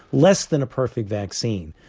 less than a perfect vaccine,